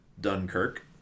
Dunkirk